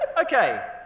Okay